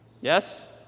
Yes